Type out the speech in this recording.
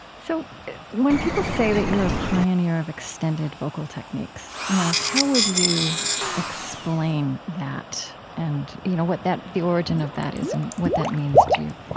so when people say that you're a pioneer of extended vocal techniques, you know, how would you explain that and you know what the origin of that is and what that means to you?